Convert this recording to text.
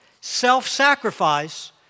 self-sacrifice